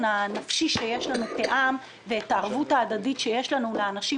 הנפשי שיש לנו כעם ואת הערבות ההדדית שיש לנו לאנשים